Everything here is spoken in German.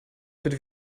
das